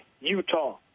Utah